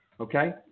okay